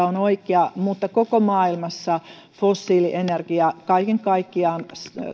on oikea mutta koko maailmassa fossiilienergia kaiken kaikkiaan